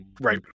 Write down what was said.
Right